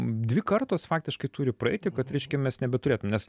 dvi kartos faktiškai turi praeiti kad reiškia mes nebeturėtume nes